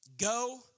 Go